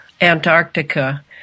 Antarctica